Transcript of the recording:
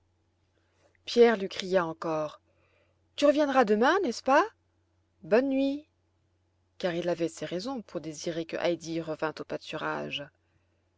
lui cria encore tu reviendras demain n'est-ce pas bonne nuit car il avait ses raisons pour désirer que heidi revînt au pâturage